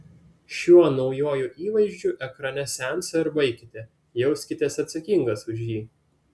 šiuo naujuoju įvaizdžiu ekrane seansą ir baikite jauskitės atsakingas už jį